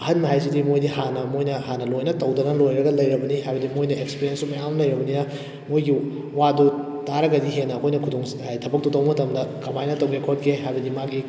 ꯑꯍꯜ ꯍꯥꯏꯁꯤꯗꯤ ꯃꯣꯏꯗꯤ ꯍꯥꯟꯅ ꯃꯣꯏꯅ ꯍꯥꯟꯅ ꯂꯣꯏꯅ ꯇꯧꯗꯅ ꯂꯣꯏꯔꯒ ꯂꯩꯔꯕꯅꯤ ꯍꯥꯏꯕꯗꯤ ꯃꯣꯏꯅ ꯑꯦꯛꯁꯄꯦꯔꯦꯟꯁꯁꯨ ꯃꯌꯥꯝ ꯂꯩꯔꯕꯅꯤꯅ ꯃꯣꯏꯒꯤ ꯋꯥꯗꯨ ꯇꯥꯔꯒꯗꯤ ꯍꯦꯟꯅ ꯑꯩꯈꯣꯏꯅ ꯍꯥꯏꯗꯤ ꯊꯕꯛꯇꯨ ꯇꯧꯕ ꯃꯇꯝꯗ ꯀꯃꯥꯏꯅ ꯇꯧꯒꯦ ꯈꯣꯠꯀꯦ ꯍꯥꯏꯕꯗꯤ ꯃꯥꯒꯤ